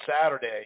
Saturday